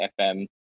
FM